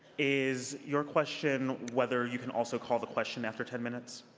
is your question whether you can also call the question after ten minutes?